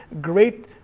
great